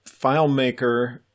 FileMaker